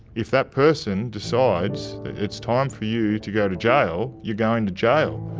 if that person decides it's time for you to go to jail. you're going to jail.